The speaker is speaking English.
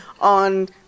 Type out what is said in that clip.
on